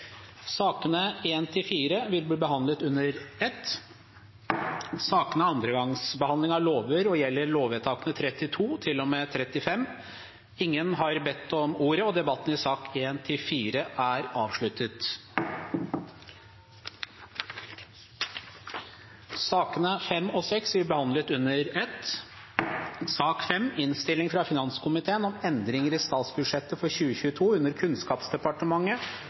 Sakene nr. 1–4 vil bli behandlet under ett. Sakene er andre gangs behandling av lover og gjelder lovvedtakene 32–35. Ingen har bedt om ordet. Sakene nr. 5 og